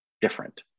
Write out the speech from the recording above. different